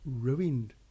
ruined